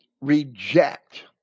reject